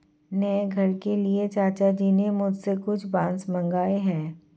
नए घर के लिए चाचा जी ने मुझसे कुछ बांस मंगाए हैं